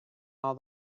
all